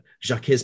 jacques